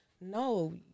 no